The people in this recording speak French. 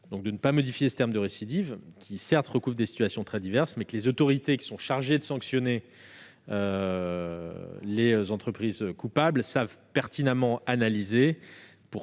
de ne pas toucher au terme de « récidive », qui, certes, recouvre des situations très diverses, mais que les autorités chargées de sanctionner les entreprises coupables savent parfaitement analyser